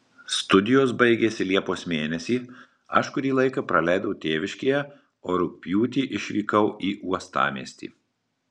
studijos baigėsi liepos mėnesį aš kurį laiką praleidau tėviškėje o rugpjūtį išvykau į uostamiestį